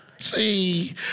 See